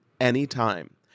anytime